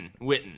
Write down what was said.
Witten